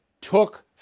took